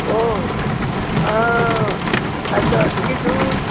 म अँ अहिले त ठिकै छु